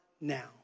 now